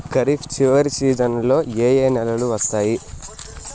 ఖరీఫ్ చివరి సీజన్లలో ఏ ఏ నెలలు వస్తాయి